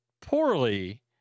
poorly